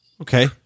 Okay